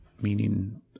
meaning